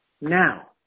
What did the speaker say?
Now